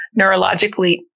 neurologically